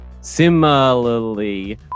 Similarly